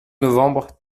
novembre